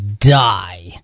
die